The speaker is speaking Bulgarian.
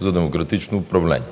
за демократично управление.